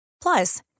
Plus